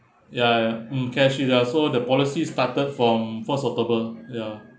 ya mm CashShield lah so the policy is started from post october ya